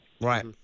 right